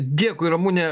dėkui ramune